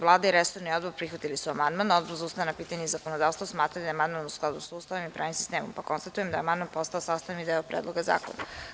Vlada i resorni odbor prihvatili su amandman, a Odbor za ustavna pitanja i zakonodavstvo smatra da je amandman u skladu sa Ustavom i pravnim sistemom, pa konstatujem da je amandman postao sastavni deo Predloga zakona.